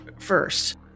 first